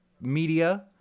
media